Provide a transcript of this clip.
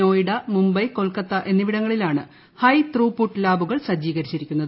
നോയിഡ മുംബൈ കൊൽക്കത്ത എന്നിവിടങ്ങളിലാണ് high throughput ലാബുകൾ സജ്ജീകരിച്ചിരിക്കുന്നത്